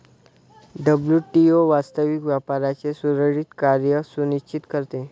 WTO वास्तविक व्यापाराचे सुरळीत कार्य सुनिश्चित करते